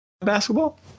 basketball